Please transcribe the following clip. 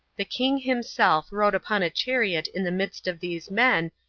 the king himself rode upon a chariot in the midst of these men,